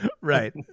right